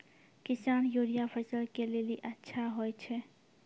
किसान यूरिया फसल के लेली अच्छा होय छै?